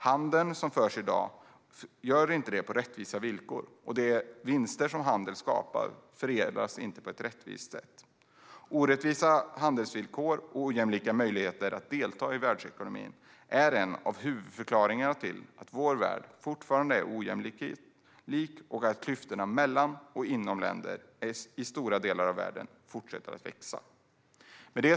I dag förs inte handeln på rättvisa villkor, och de vinster som handeln skapar fördelas inte på ett rättvist sätt. Orättvisa handelsvillkor och ojämlika möjligheter att delta i världsekonomin är en av huvudförklaringarna till att vår värld fortfarande är ojämlik och att klyftorna mellan och inom länder i stora delar av världen fortsätter att växa.